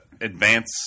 advance